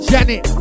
Janet